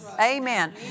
Amen